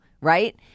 right